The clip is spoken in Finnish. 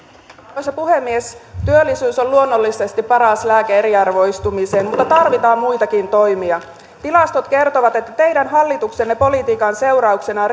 arvoisa puhemies työllisyys on luonnollisesti paras lääke eriarvoistumiseen mutta tarvitaan muitakin toimia tilastot kertovat että teidän hallituksenne politiikan seurauksena